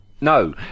No